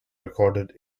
recorded